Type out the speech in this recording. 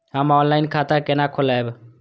हम ऑनलाइन खाता केना खोलैब?